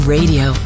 Radio